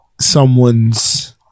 someone's